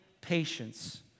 patience